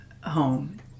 home